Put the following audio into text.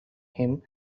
him